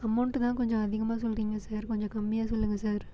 amount தான் கொஞ்சம் அதிகமாக சொல்கிறீங்க சார் கொஞ்சம் கம்மியாக சொல்லுங்கள் சார்